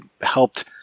helped